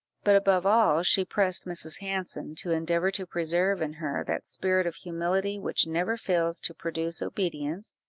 but, above all, she pressed mrs. hanson to endeavour to preserve in her that spirit of humility which never fails to produce obedience,